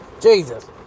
Jesus